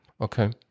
okay